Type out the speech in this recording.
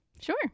Sure